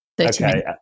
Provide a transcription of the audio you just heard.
Okay